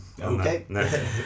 okay